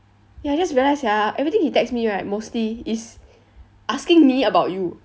ya I just realise sia everything he text me right mostly is asking me about you